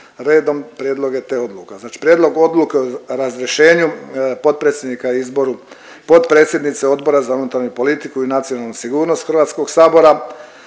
redom prijedloge tih odluka. Znači Prijedlog odluke o razrješenju potpredsjednika i izboru potpredsjednice Odbora za unutarnju politiku i nacionalnu sigurnost HS-a u točki